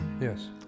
Yes